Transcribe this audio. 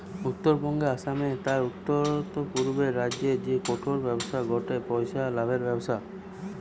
উত্তরবঙ্গে, আসামে, আর উততরপূর্বের রাজ্যগা রে কাঠের ব্যবসা গটে পইসা লাভের ব্যবসা